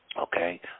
Okay